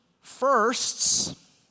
Firsts